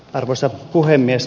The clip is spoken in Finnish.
arvoisa puhemies